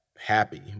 happy